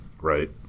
Right